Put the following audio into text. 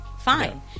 fine